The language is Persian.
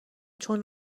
چون